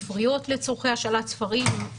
ספריות לצורכי השאלת ספרים,